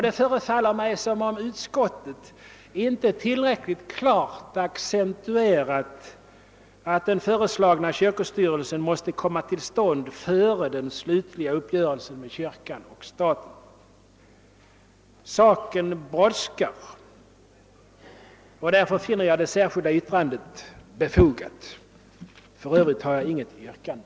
Det förefaller mig som om utskottet inte tillräckligt klart accentuerat att den föreslagna kyrkostyrelsen måste komma till stånd före den slutliga uppgörelsen om kyrka— stat. Saken brådskar. Därför finner jag det särskilda yttrandet befogat. För övrigt har jag inget yrkande.